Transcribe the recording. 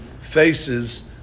faces